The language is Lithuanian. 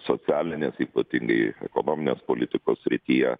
socialinės ypatingai ekonominės politikos srityje